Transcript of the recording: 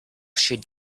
should